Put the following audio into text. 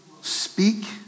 speak